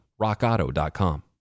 rockauto.com